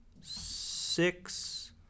six